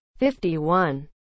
51